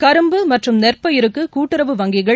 கரும்பு மற்றும் நெற்பயிருக்கு கூட்டுறவு வங்கிகள்